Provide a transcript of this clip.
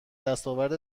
دستاورد